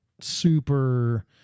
super